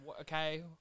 okay